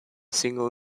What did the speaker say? single